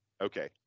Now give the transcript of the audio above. Okay